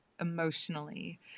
emotionally